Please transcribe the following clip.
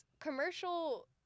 commercial